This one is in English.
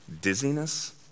dizziness